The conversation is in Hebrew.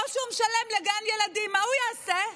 או שהוא משלם לגן ילדים, מה הוא יעשה?